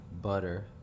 Butter